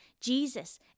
Jesus